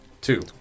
two